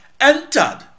entered